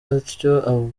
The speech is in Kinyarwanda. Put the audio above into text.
atyo